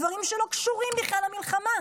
על דברים שלא קשורים בכלל למלחמה.